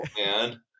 man